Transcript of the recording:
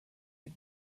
est